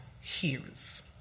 hears